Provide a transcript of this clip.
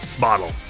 bottle